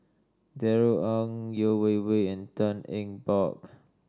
Darrell Ang Yeo Wei Wei and Tan Eng Bock